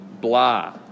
blah